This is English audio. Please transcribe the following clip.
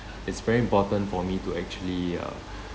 it's very important for me to actually uh